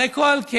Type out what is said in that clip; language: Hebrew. הרי כל קשר